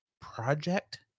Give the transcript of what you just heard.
Project